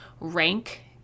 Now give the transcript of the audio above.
rank